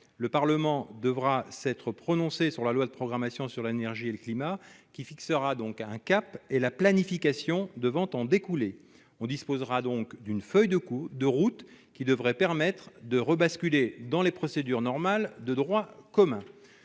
le Parlement devra s'être prononcé sur le projet de loi de programmation sur l'énergie et le climat, qui fixera un cap et déterminera la planification censée en découler. Ainsi disposerons-nous d'une feuille de route qui devrait permettre de rebasculer dans les procédures normales de droit commun.